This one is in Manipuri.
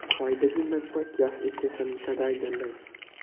ꯈ꯭ꯋꯥꯏꯗꯒꯤ ꯅꯛꯄ ꯒꯤꯌꯥꯁ ꯏꯁꯇꯦꯁꯟ ꯀꯗꯥꯏꯗ ꯂꯩ